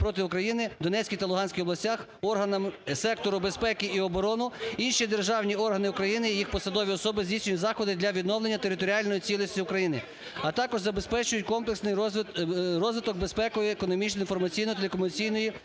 проти України в Донецькій та Луганській областях органи сектору безпеки і оборони, інші державні органи України, їх посадові особи здійснюють заходи для відновлення територіальної цілісності України, а також забезпечують комплексний розвиток безпекової, економічної, інформаційно-телекомунікаційної,